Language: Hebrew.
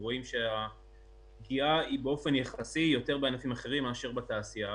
רואים שהפגיעה היא באופן יחסי יותר בענפים אחרים מאשר בתעשייה.